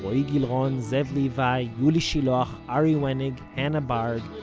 roee gilron, zev levi, yuli shiloach, ari wenig, hannah barg,